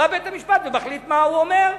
בא בית-המשפט ומחליט, מה הוא אומר?